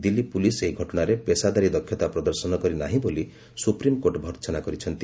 Delhi police ଏହି ଘଟଣାରେ ପେଷାଦାରୀ ଦକ୍ଷତା ପ୍ରଦର୍ଶନ କରି ନାହିଁ ବୋଲି ସୁପ୍ରିମ୍କୋର୍ଟ ଭର୍ସନା କରିଛନ୍ତି